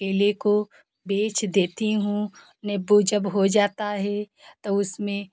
केले को बेच देती हूँ नीबू जब हो जाता है तो उसमें